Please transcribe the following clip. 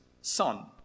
son